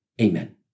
Amen